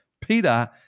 Peter